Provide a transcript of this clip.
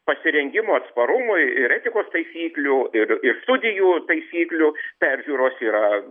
pasirengimo atsparumui ir etikos taisyklių ir ir studijų taisyklių peržiūros yra